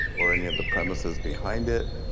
or any of the premises behind it,